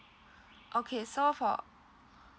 okay so for